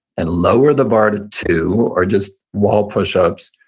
and lower the bar to two or just wall push-ups,